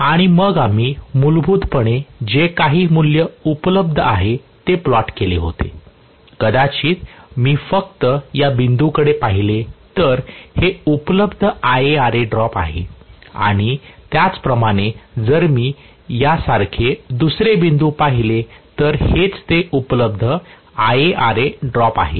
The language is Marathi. आणि मग आम्ही मूलभूतपणे जे काही मूल्य उपलब्ध होते ते प्लॉट केले होते कदाचित मी फक्त या बिंदूकडे पाहिले तर हे उपलब्ध IaRa ड्रॉप आहे आणि त्याचप्रमाणे जर मी यासारखे दुसरे बिंदू पाहिले तर हेच ते उपलब्ध IaRa ड्रॉप आहे